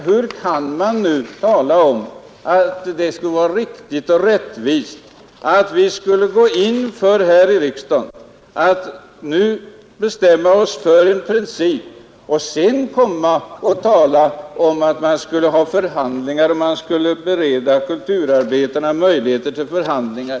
Hur kan man säga att det skulle vara riktigt och rättvist att vi här i riksdagen bestämmer oss för ersättningsprincipen och sedan komma och tala om att bereda kulturarbetarna möjlighet till förhandlingar?